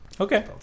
Okay